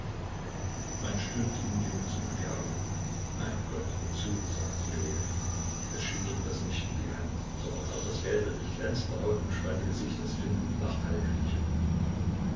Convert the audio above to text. man stülpte ihnen die mützen über die augen mein gott wozu sagte rylejew es schien ihm daß nicht nur die hand sondern auch das gelbe mit glänzender haut umspannte gesicht des finnen nach